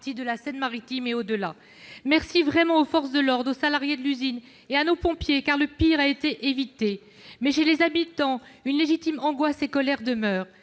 de la Seine-Maritime et au-delà. Je remercie vivement les forces de l'ordre, les salariés de l'usine et nos pompiers, car le pire a été évité. Mais, chez les habitants, une angoisse et une colère